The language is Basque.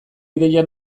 ideia